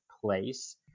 place